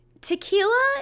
tequila